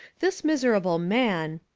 this miserable man,